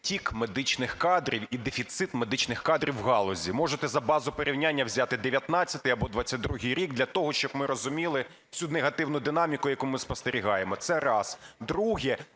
відтік медичних кадрів і дефіцит медичних кадрів в галузі. Можете за базу порівняння взяти 2019 або 2022 рік для того, щоб ми розуміли цю негативну динаміку, яку ми спостерігаємо. Це раз. Друге.